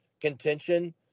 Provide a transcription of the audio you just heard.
contention